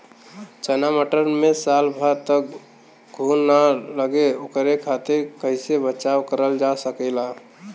चना मटर मे साल भर तक घून ना लगे ओकरे खातीर कइसे बचाव करल जा सकेला?